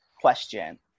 question